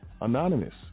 anonymous